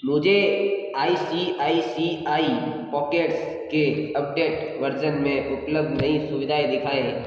मुझे I C I C I pocket के updated version में उपलब्ध नई सुविधाएँ दिखाएँ